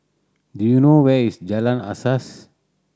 do you know where is Jalan Asas